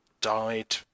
died